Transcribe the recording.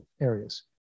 areas